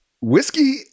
whiskey